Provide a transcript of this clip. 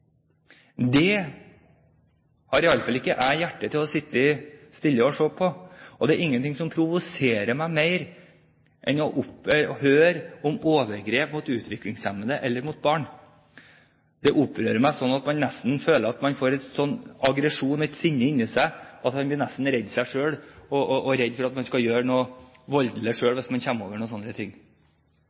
Det har iallfall ikke jeg hjerte til å sitte stille og se på, og det er ingenting som provoserer meg mer enn å høre om overgrep mot utviklingshemmede eller mot barn. Det opprører meg sånn at man nesten får en sånn aggresjon, et sånt sinne inni seg at man nesten blir redd seg selv og redd for at man skal gjøre noe voldelig selv, hvis man kommer over noen slike ting.